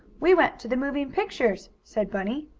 we went to the moving pictures, said bunny.